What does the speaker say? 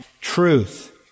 truth